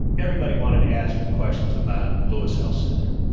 everybody wanted to ask him questions about lewis alcindor.